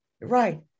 Right